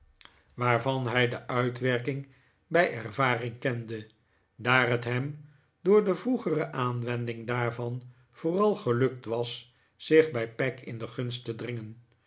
waarvan hij de uitwerking bij ervaring kende daar het hem dppr de vroegere aanwending daarvan vppral gelukt was zich bij peg in de gunst te dringen